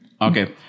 Okay